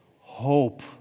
hope